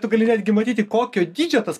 tu gali netgi matyti kokio dydžio tas